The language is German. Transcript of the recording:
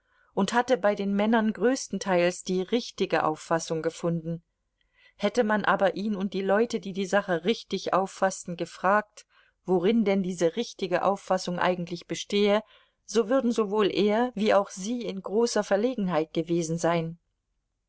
und hatte bei den männern größtenteils die richtige auffassung gefunden hätte man aber ihn und die leute die die sache richtig auffaßten gefragt worin denn diese richtige auffassung eigentlich bestehe so würden sowohl er wie auch sie in großer verlegenheit gewesen sein